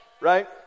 right